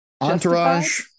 Entourage